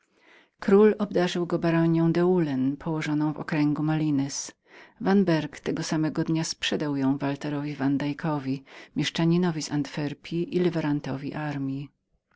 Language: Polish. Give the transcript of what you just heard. król obdarzył go baronią deulen położoną w okręgu malines vanberg tego samego dnia sprzedał ją walterowi van dykowi mieszczaninowi z antwerpji i liwerantowi armji